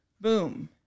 boom